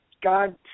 God